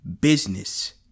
business